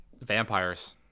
Vampires